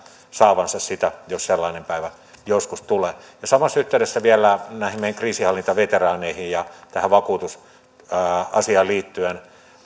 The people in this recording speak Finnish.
saavansa sitä jos sellainen päivä joskus tulee samassa yhteydessä vielä näihin meidän kriisinhallintaveteraaneihin ja tähän vakuutusasiaan liittyen